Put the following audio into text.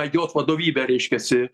jos vadovybę reiškiasi